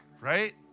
Right